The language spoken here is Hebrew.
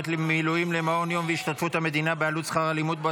מילואים למעון יום בהשתתפות המדינה בעלות שכר הלימוד בו,